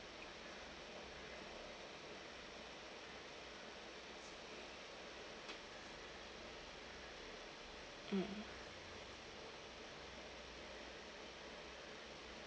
mm mm